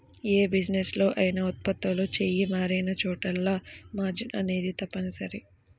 యే బిజినెస్ లో అయినా ఉత్పత్తులు చెయ్యి మారినచోటల్లా మార్జిన్ అనేది తప్పనిసరి